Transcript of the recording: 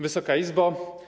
Wysoka Izbo!